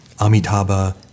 Amitabha